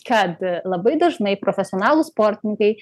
kad labai dažnai profesionalūs sportininkai